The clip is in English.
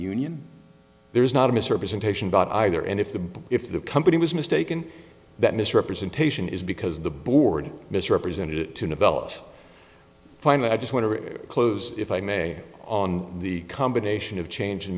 union there is not a misrepresentation about either and if the if the company was mistaken that misrepresentation is because the board misrepresented it to develop finally i just want to close if i may on the combination of change